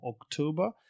October